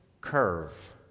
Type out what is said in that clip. Curve